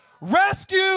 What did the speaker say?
Rescue